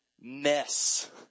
mess